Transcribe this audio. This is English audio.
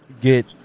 get